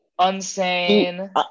unsane